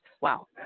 Wow